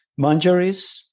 Manjaris